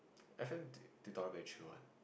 F_M tu~ tutorial very chill one